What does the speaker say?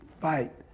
fight